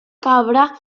cabra